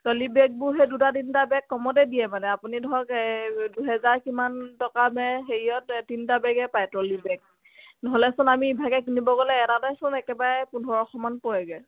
trolley বেগবোৰ সেই দুটা তিনিটা বেগ কমতে দিয়ে মানে আপুনি ধৰক দুহেজাৰ কিমান টকা নে হেৰিয়ত তিনটা বেগে পায় ট্ৰলি বেগ নহ'লে চোন আমি ইভাগে কিনিব গ'লে এটাতেচোন একেবাৰে পোন্ধৰশ মান পৰেগে